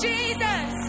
Jesus